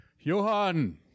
Johan